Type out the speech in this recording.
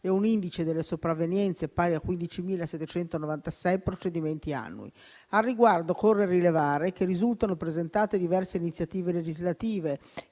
e un indice delle sopravvenienze pari a 15.796 procedimenti annui. Al riguardo, occorre rilevare che risultano presentate diverse iniziative legislative